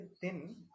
thin